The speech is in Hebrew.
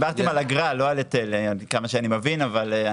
עד כמה שאני מבין, דיברתם על אגרה, לא על היטל.